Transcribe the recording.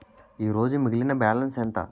ఈరోజు మిగిలిన బ్యాలెన్స్ ఎంత?